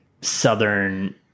Southern